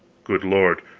good lord,